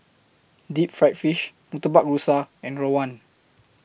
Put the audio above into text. Deep Fried Fish Murtabak Rusa and Rawon